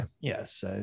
Yes